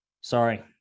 Sorry